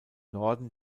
norden